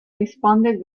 responded